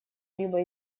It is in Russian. либо